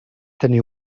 tenir